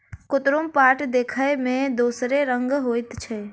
कुतरुम पाट देखय मे दोसरे रंगक होइत छै